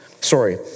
Sorry